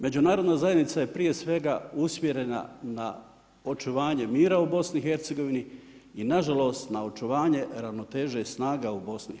Međunarodna zajednica je prije svega usmjerena na očuvanje mira u BIH i nažalost, na očuvanje ravnoteže i snaga u BIH.